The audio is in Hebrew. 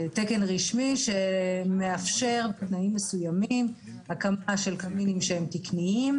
רשמי שמאפשר בתנאים מסוימים הקמה של קמינים שהם תקניים.